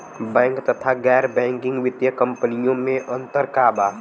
Bank तथा गैर banking वित्तीय कम्पनीयो मे अन्तर का बा?